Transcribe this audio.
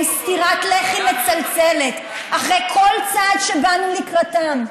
סטירת לחי מצלצלת אחרי כל צעד שבאנו לקראתם.